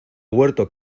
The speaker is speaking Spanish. huerto